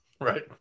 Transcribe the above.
Right